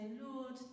Lord